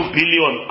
billion